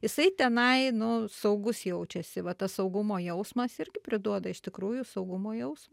jisai tenai nu saugus jaučiasi va tas saugumo jausmas irgi priduoda iš tikrųjų saugumo jausmo